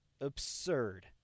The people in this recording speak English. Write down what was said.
absurd